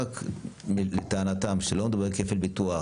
רק שלטענתם לא מדובר בכפל ביטוח,